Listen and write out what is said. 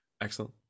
excellent